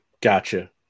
Gotcha